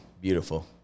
beautiful